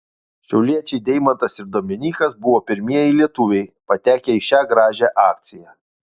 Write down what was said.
šiauliečiai deimantas ir dominykas buvo pirmieji lietuviai patekę į šią gražią akciją